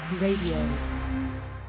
Radio